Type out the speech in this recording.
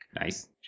Nice